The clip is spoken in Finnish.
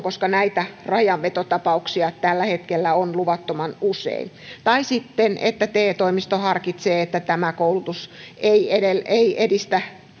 näitä rajanvetotapauksia tällä hetkellä on luvattoman usein tai sitten tapahtuu niin että te toimisto harkitsee että tämä koulutus ei edistä